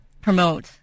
promote